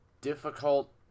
difficult